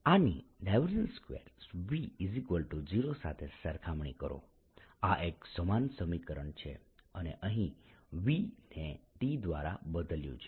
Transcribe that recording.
આની 2V0 સાથે સરખામણી કરો આ એક સમાન સમીકરણ છે મેં અહીં V ને T દ્વારા બદલ્યું છે